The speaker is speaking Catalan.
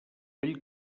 vell